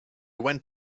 went